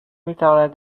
میتواند